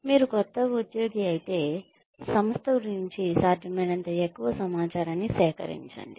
మీరు క్రొత్త ఉద్యోగి అయితే సంస్థ గురించి సాధ్యమైనంత ఎక్కువ సమాచారాన్ని సేకరించండి